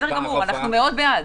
אנחנו בעד.